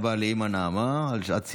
תודה רבה לאימא נעמה על שעת סיפור.